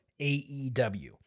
AEW